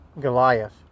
Goliath